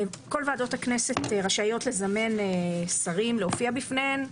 כל ועדות הכנסת רשאיות לזמן שרים להופיע בפניהן,